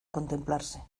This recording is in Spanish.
contemplarse